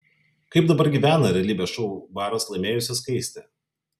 kaip dabar gyvena realybės šou baras laimėjusi skaistė